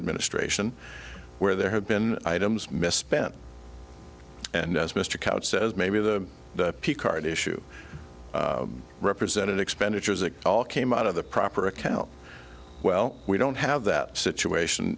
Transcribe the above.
administration where there have been items misspent and as mr couch says maybe the the card issue represented expenditures it all came out of the proper account well we don't have that situation